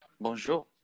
Bonjour